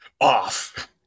off